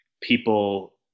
people